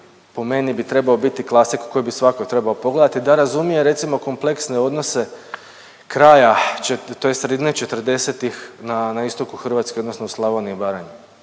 po meni bi trebao biti klasik koji bi svatko trebao pogledati da razumije recimo kompleksne odnose kraja tj. sredine 40-ih na istoku Hrvatske odnosno u Slavoniji i Baranji.